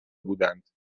بودند